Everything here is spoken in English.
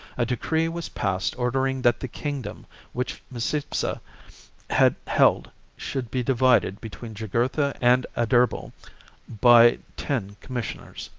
a decree was passed ordering that the king dom which micipsa had held should be divided between jugurtha and adherbal by ten commis sioners.